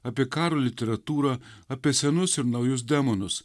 apie karo literatūrą apie senus ir naujus demonus